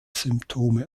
symptome